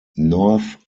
north